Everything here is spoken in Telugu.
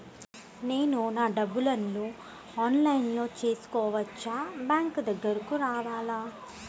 నేను నా డబ్బులను ఆన్లైన్లో చేసుకోవచ్చా? బ్యాంక్ దగ్గరకు రావాలా?